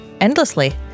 endlessly